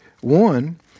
One